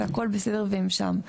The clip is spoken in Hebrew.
והכול בסדר והם שם.